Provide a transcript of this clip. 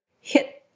hit